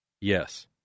Yes